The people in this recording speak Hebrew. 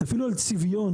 אפילו על צביון,